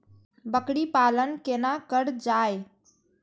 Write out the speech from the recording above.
बकरी पालन केना कर जाय?